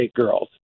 girls